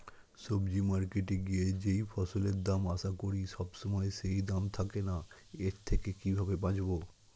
সবজি মার্কেটে গিয়ে যেই ফসলের দাম আশা করি সবসময় সেই দাম থাকে না এর থেকে কিভাবে বাঁচাবো?